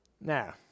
Now